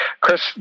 chris